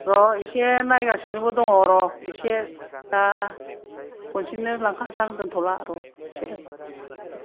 र' एसे नायगासिनोबो दङ र' एसे दा खनसेनो लांखासां दोनथ'ला र' एसे